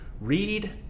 Read